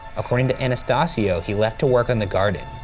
according to anastasio, he left to work on the garden,